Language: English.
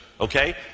okay